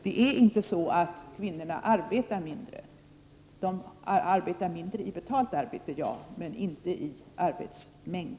Det är inte så att kvinnorna arbetar mindre. De arbetar mindre i betalt arbete, ja, men inte i arbetsmängd.